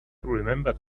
remembered